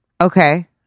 Okay